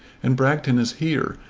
and bragton is here.